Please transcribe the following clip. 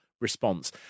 response